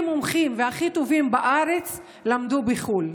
מומחים והכי טובים בארץ למדו בחו"ל,